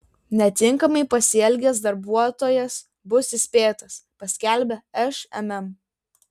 netinkamai pasielgęs darbuotojas bus įspėtas paskelbė šmm